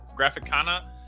Graphicana